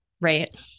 right